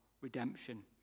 redemption